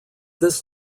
this